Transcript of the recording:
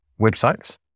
websites